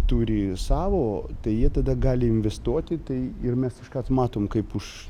turi savo tai jie tada gali investuoti tai ir mes iškart matom kaip už